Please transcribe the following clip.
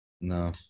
No